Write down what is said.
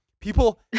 people